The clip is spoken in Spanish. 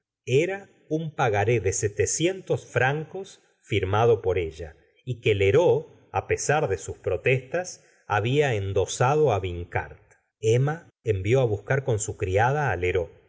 era un pagaré de francos firmado por ella y que lheureux á pesar de sus protestas había endsado á vincart emma envió á buscar con su criada